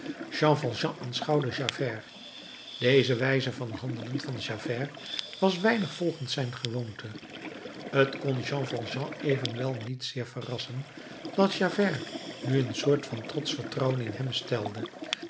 jean valjean aanschouwde javert deze wijze van handelen van javert was weinig volgens zijn gewoonte t kon jean valjean evenwel niet zeer verrassen dat javert nu een soort van trots vertrouwen in hem stelde